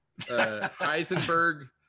Heisenberg